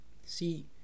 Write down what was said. See